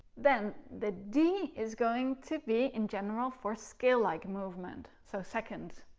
then the d is going to be in general for scale-like movement, so seconds